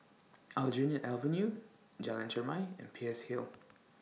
Aljunied Avenue Jalan Chermai and Peirce Hill